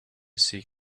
seek